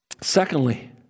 Secondly